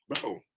Bro